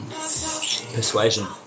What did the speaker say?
Persuasion